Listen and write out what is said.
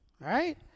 right